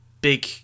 Big